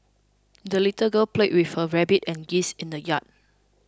the little girl played with her rabbit and geese in the yard